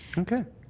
okay.